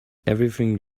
everything